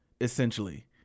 essentially